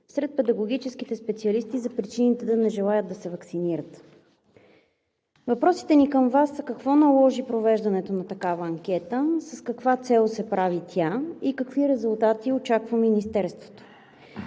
сред педагогическите специалисти за причините защо не желаят да се ваксинират. Въпросите ми към Вас са: какво наложи провеждането на такава анкета, с каква цел се прави тя и какви резултати очаква от Министерството?